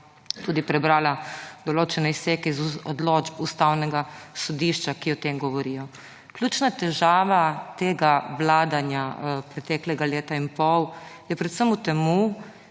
tudi prebrala določene izseke iz odločb Ustavnega sodišča, ki o tem govorijo. Ključna težava tega vladanja preteklega leta in pol je predvsem v temu,